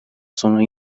sonra